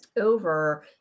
over